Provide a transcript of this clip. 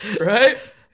right